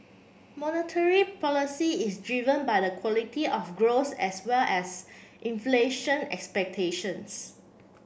monetary policy is driven by the quality of growth as well as inflation expectations